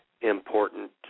important